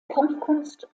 kampfkunst